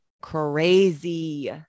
crazy